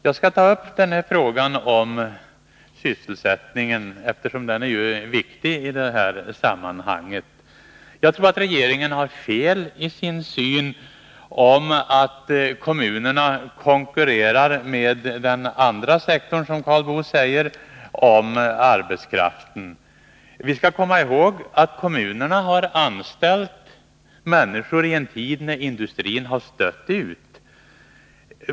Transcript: Jag skall ta upp frågan om sysselsättningen, eftersom den är viktig i det här sammanhanget. Jag tror att regeringen har fel i sin syn, att kommunerna konkurrerar med den andra sektorn, som Karl Boo säger, om arbetskraften. Vi skall komma ihåg att kommunerna har anställt människor i en tid när industrin har stött ut människor.